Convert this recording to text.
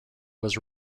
was